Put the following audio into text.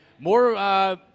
More